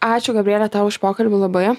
ačiū gabriele tau už pokalbį labai